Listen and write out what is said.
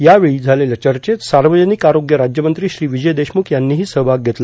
यावेळी झालेल्या चर्चेत सार्वजनिक आरोग्य राज्यमंत्री श्री विजय देशमुख यांनीही सहभाग घेतला